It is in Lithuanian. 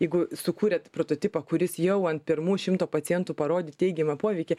jeigu sukūrėt prototipą kuris jau ant pirmų šimto pacientų parodė teigiamą poveikį